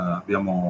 abbiamo